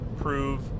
prove